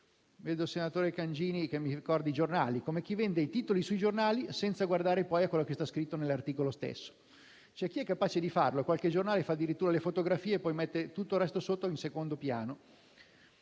Vedo il senatore Cangini che mi ricorda i giornali, come a indicare chi vende i titoli sui giornali, senza guardare a ciò che è scritto nell'articolo stesso. C'è chi è capace di farlo e qualche giornale mette addirittura le fotografie e tutto il resto sotto, in secondo piano.